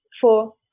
four